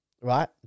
right